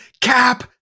cap